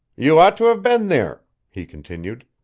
you ought to have been there, he continued,